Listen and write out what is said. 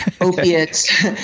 opiates